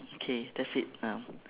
okay that's it ah